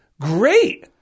great